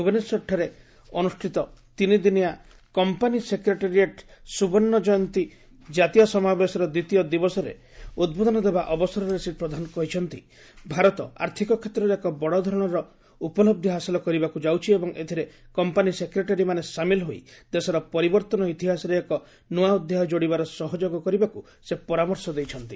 ଭ୍ରବନେଶ୍ୱରଠାରେ ଅନୁଷ୍ଠିତ ତିନି ଦିନିଆ କମ୍ପାନୀ ସେକ୍ରେଟାରୀ ସ୍ୱବର୍ଣ୍ଣ ଜୟନ୍ତୀ ଜାତୀୟ ସମାବେଶର ଦ୍ୱିତୀୟ ଦିବସରେ ଉଦ୍ବୋଧନ ଦେବା ଅବସରରେ ଶ୍ରୀ ପ୍ରଧାନ କହିଛନ୍ତି ଭାରତ ଆର୍ଥିକ କ୍ଷେତ୍ରରେ ଏକ ବଡ଼ ଧରଣର ଉପଲହ୍ଧ ହାସଲ କରିବାକୁ ଯାଉଛି ଏବଂ ଏଥିରେ କମ୍ପାନୀ ସେକ୍ରେଟାରୀମାନେ ସାମିଲ୍ ହୋଇ ଦେଶର ପରିବର୍ତ୍ତନ ଇତିହାସରେ ଏକ ନୂଆ ଅଧ୍ୟାୟ ଯୋଡ଼ିବାରେ ସହଯୋଗ କରିବାକୁ ସେ ପରାମର୍ଶ ଦେଇଛନ୍ତି